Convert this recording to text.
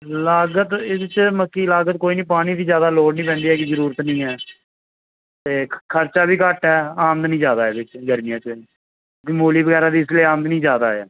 ਲਾਗਤ ਇਹਦੇ 'ਚ ਬਾਕੀ ਲਾਗਤ ਕੋਈ ਨਹੀਂ ਪਾਣੀ ਦੀ ਜ਼ਿਆਦਾ ਲੋੜ ਨਹੀਂ ਪੈਂਦੀ ਹੈਗੀ ਜ਼ਰੂਰਤ ਨਹੀਂ ਹੈ ਅਤੇ ਖ ਖਰਚਾ ਵੀ ਘੱਟ ਹੈ ਆਮਦਨੀ ਜ਼ਿਆਦਾ ਇਹਦੇ 'ਚ ਗਰਮੀਆਂ 'ਚ ਮੂਲੀ ਵਗੈਰਾ ਦੀ ਇਸ ਲਈ ਆਮਦਨੀ ਜ਼ਿਆਦਾ ਹੈ